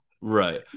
right